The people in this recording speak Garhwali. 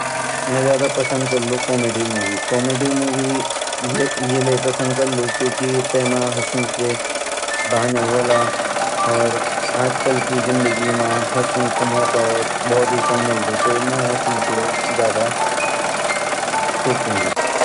मैं ज़्यादा पसंद करलु कॉमेडी मूवी कॉमेडी मूवी येले पसंद करलु क्युकी तेमा हसडू ते बहाना वोला अर आजकल की ज़िन्दगी मा हसडू मौका भोत कम मिलदु तो मैं हसणे के लिए ज़्यादा सोचलू।